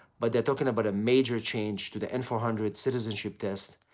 but they're talking about a major change to the n four hundred citizenship test.